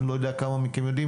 אני לא יודע כמה מכם יודעים,